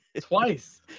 Twice